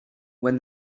when